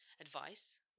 advice